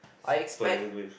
basically